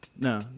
No